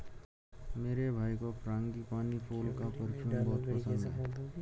मेरे भाई को फ्रांगीपानी फूल का परफ्यूम बहुत पसंद है